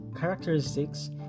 characteristics